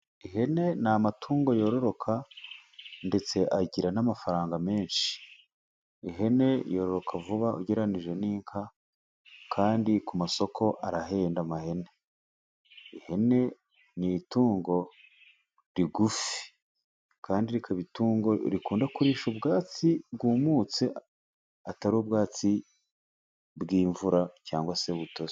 Ihene ni amatungo yororoka ndetse agira n'amafaranga menshi, ihene yoroka vuba ugereranyije n'inka, kandi ku masoko arahenda, ihene ni itungo rigufi kandi rikaba rikunda kurisha ubwatsi bwumutse atari ubwatsi bw'imvura cyangwa se butose.